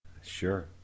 Sure